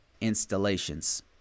installations